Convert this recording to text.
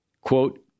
quote